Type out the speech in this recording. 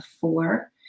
four